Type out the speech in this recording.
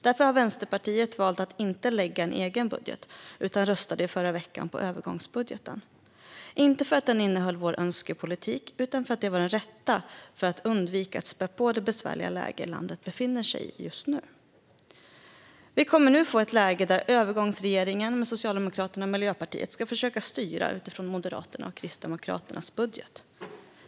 Därför har Vänsterpartiet valt att inte lägga fram en egen budget utan röstade i förra veckan på övergångsbudgeten, inte för att den innehöll vår önskepolitik utan för att det var det rätta för att undvika att spä på det besvärliga läge landet befinner sig i. Vi kommer nu att få ett läge där övergångsregeringen med Socialdemokraterna och Miljöpartiet ska försöka styra utifrån Moderaternas och Kristdemokraternas budget.